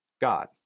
God